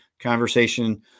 conversation